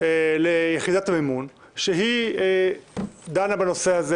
על יחידת המימון שדנה בנושא הזה,